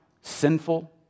sinful